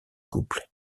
couple